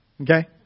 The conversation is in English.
Okay